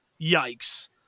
Yikes